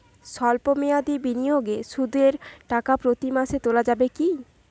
সল্প মেয়াদি বিনিয়োগে সুদের টাকা প্রতি মাসে তোলা যাবে কি?